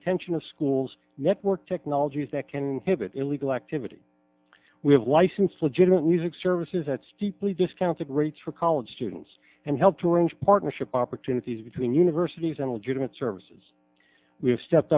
attention of schools network technologies that can hit illegal activity we have licensed legitimate music services that's deeply discounted rates for college students and helped arrange partnership opportunities between universities and legitimate services we have stepped